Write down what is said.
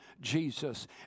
Jesus